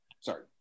Sorry